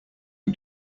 who